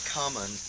common